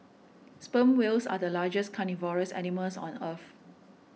sperm whales are the largest carnivorous animals on earth